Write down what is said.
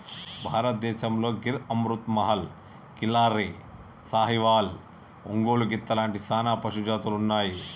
భారతదేసంతో గిర్ అమృత్ మహల్, కిల్లారి, సాహివాల్, ఒంగోలు గిత్త లాంటి సానా పశుజాతులు ఉన్నాయి